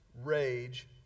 rage